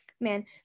Man